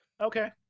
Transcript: Okay